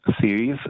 series